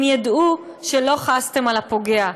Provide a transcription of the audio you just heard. הם ידעו שלא חסתם על הפוגע,